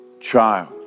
child